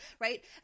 right